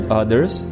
others